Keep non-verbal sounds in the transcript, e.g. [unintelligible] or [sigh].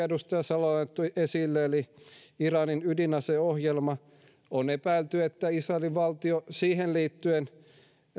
[unintelligible] edustaja salolainen toi esille eli iranin ydinaseohjelman on epäilty että israelin valtio siihen liittyen